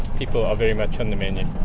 people are very much on the menu